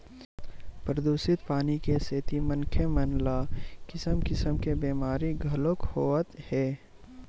परदूसित पानी के सेती मनखे मन ल किसम किसम के बेमारी घलोक होवत हे